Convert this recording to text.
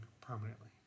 permanently